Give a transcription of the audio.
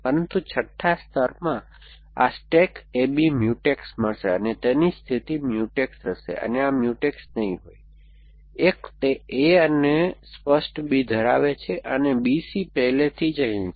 પરંતુ છઠ્ઠા સ્તરમાં આ સ્ટેક A B મ્યુટેક્સ મળશે અને તેની સ્થિતિ મ્યુટેક્સ હશે અને આ મ્યુટેક્સ નહીં હોય એક તે A અને સ્પષ્ટ B ધરાવે છે અને B C પહેલેથી જ અહીં હશે